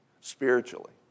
spiritually